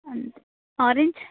and orange